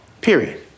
period